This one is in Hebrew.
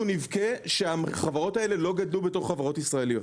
נבכה שהחברות האלה לא גדלו בתוך החברות הישראליות.